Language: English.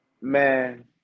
man